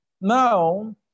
Now